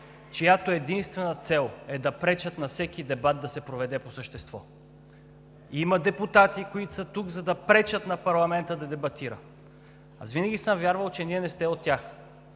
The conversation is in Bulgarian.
чиято единствена цел е да пречат на всеки дебат да се проведе по същество. Има депутати, които са тук, за да пречат на парламента да дебатира. Винаги съм вярвал, че Вие не сте от тях.